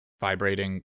vibrating